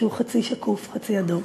שהם חצי שקופים חצי אדומים,